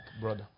brother